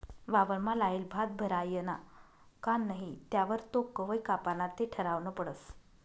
वावरमा लायेल भात भरायना का नही त्यावर तो कवय कापाना ते ठरावनं पडस